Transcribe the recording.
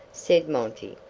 said monty.